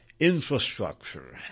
infrastructure